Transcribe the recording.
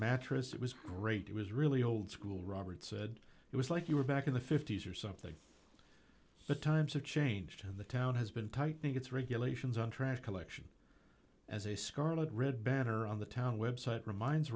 mattress it was great it was really old robert said it was like you were back in the fifty's or something but times have changed the town has been tight it's regulations on trash collection as a scarlet red batter on the town website reminds